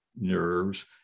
nerves